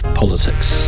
politics